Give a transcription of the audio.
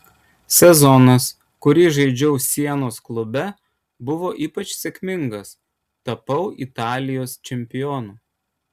sezonas kurį žaidžiau sienos klube buvo ypač sėkmingas tapau italijos čempionu